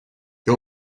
you